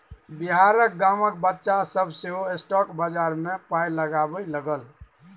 बिहारक गामक बच्चा सभ सेहो स्टॉक बजार मे पाय लगबै लागल